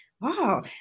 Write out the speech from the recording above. Wow